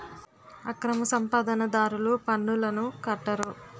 అక్రమ సంపాదన దారులు పన్నులను కట్టరు